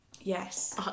Yes